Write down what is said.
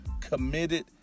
committed